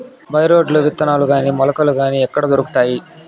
By రోడ్లు విత్తనాలు గాని మొలకలు గాని ఎక్కడ దొరుకుతాయి?